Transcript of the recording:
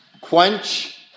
quench